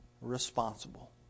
responsible